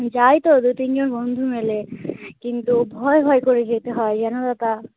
যাই তো দু তিনজন বন্ধু মিলে কিন্তু ভয় ভয় করে যেতে হয় জানো দাদা